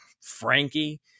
Frankie